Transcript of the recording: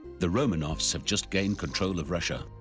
the romanovs have just gained control of russia,